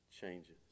changes